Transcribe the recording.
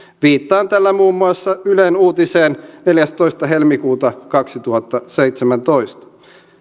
viittaan tällä muun muassa ylen uutiseen neljästoista helmikuuta kaksituhattaseitsemäntoista